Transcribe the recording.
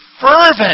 fervent